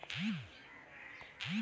मटर कैसे उगाएं?